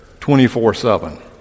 24-7